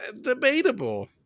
debatable